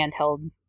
handheld